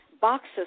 boxes